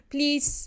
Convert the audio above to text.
Please